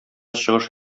чыгыш